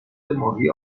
ماهی